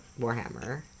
Warhammer